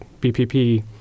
BPP